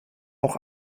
auch